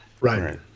Right